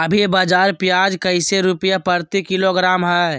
अभी बाजार प्याज कैसे रुपए प्रति किलोग्राम है?